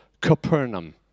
Capernaum